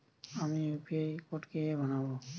আমি UPI code কিভাবে বানাব?